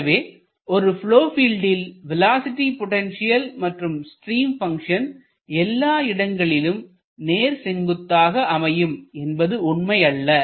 எனவே ஒரு ப்லொவ் பீல்டில் வேலோஸிட்டி பொட்டன்ஷியல் மற்றும் ஸ்ட்ரீம் பங்ஷன் எல்லா இடங்களிலும் நேர் செங்குத்தாகவே அமையும் என்பது உண்மை அல்ல